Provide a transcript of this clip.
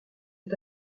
est